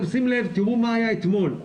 שימו לב מה היה אתמול.